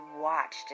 watched